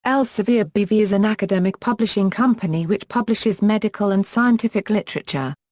elsevier b v. is an academic publishing company which publishes medical and scientific literature.